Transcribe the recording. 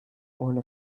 ohne